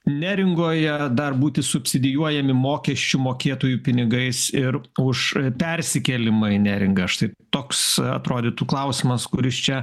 neringoje dar būti subsidijuojami mokesčių mokėtojų pinigais ir už persikėlimą į neringą štai toks atrodytų klausimas kuris čia